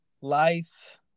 life